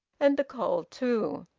and the coal too.